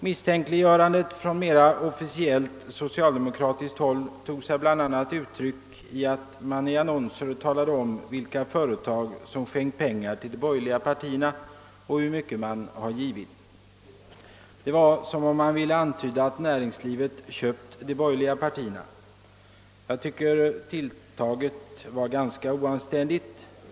Misstänkliggörandet från mera officiellt socialdemokratiskt håll tog sig bl.a. uttryck i att man i annonser talade om vilka företag som skänkt pengar till de borgerliga partierna och hur mycket man givit. Det var som om man ville antyda att näringslivet hade köpt de borgerliga partierna. Jag tycker att tilltaget var ganska oanständigt.